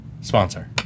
sponsor